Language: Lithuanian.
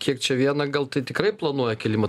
kiek čia vieną gal tai tikrai planuoja kėlimą